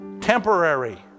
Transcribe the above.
temporary